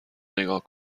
نگاه